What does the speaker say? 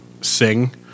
sing